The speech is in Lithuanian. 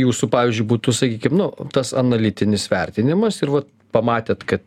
jūsų pavyzdžiui būtų sakykim nu tas analitinis vertinimas ir vat pamatėt ka